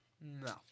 No